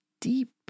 deep